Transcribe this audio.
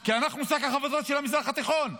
כי אנחנו שק החבטות של המזרח התיכון.